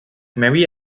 mary